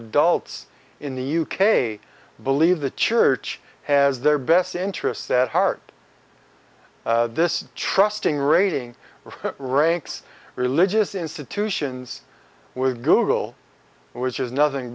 adults in the u k believe the church has their best interests at heart this trusting rating ranks religious institutions with google which is nothing